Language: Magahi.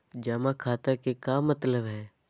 जमा खाता के का मतलब हई?